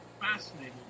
fascinating